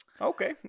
okay